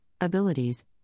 abilities